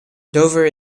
dover